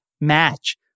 match